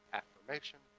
affirmation